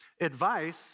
advice